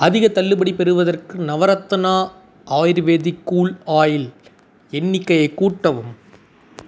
அதிகத் தள்ளுபடி பெறுவதற்கு நவரத்னா ஆயுர்வேதிக் கூல் ஆயில் எண்ணிக்கையை கூட்டவும்